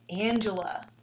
Angela